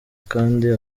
kandi